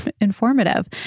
informative